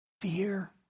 fear